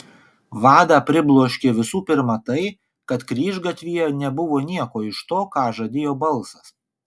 vadą pribloškė visų pirma tai kad kryžgatvyje nebuvo nieko iš to ką žadėjo balsas